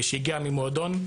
שהגיע ממועדון,